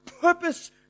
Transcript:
purpose